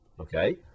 okay